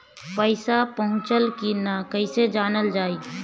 पैसा पहुचल की न कैसे जानल जाइ?